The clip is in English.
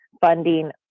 funding